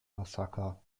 massaker